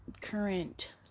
current